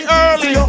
early